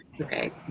okay